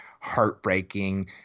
heartbreaking